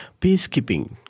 Peacekeeping